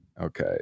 Okay